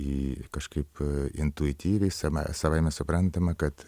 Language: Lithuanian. į kažkaip intuityviai sama savaime suprantama kad